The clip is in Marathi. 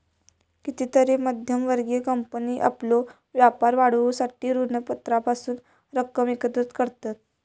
कितीतरी मध्यम वर्गीय कंपनी आपलो व्यापार वाढवूसाठी ऋणपत्रांपासून रक्कम एकत्रित करतत